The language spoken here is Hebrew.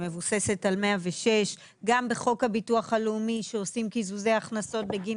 היא מבוססת על 106. גם בחוק הביטוח הלאומי שעושים קיזוזי הכנסות בגין